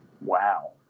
wow